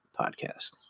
Podcast